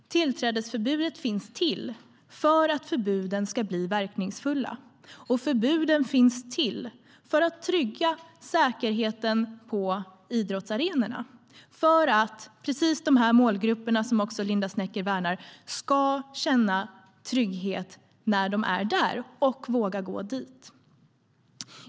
Tillträdesförbudet finns till för att förbuden ska bli verkningsfulla, och förbuden finns till för att trygga säkerheten på idrottsarenorna för att precis de målgrupper som också Linda Snecker värnar ska känna trygghet när de är där och våga gå dit.